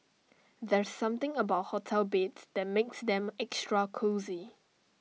there's something about hotel beds that makes them extra cosy